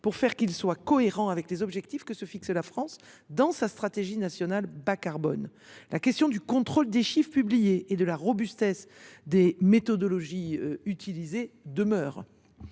les mettre en cohérence avec les objectifs que se fixe la France dans sa stratégie nationale bas carbone. La question du contrôle des données publiées et de la robustesse des méthodologies employées demeure.